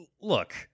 look